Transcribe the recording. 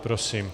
Prosím.